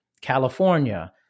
California